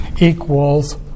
equals